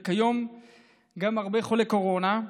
וכיום גם הרבה חולי קורונה.